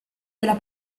della